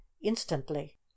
instantly